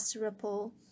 Ripple